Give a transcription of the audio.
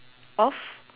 of